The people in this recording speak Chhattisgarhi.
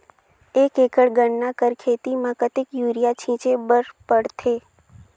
एक एकड़ गन्ना कर खेती म कतेक युरिया छिंटे बर पड़थे?